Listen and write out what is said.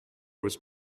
was